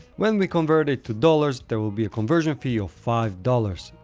when we convert it to dollars, there will be a conversion fee of five dollars.